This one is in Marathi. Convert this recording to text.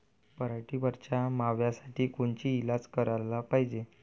पराटीवरच्या माव्यासाठी कोनचे इलाज कराच पायजे?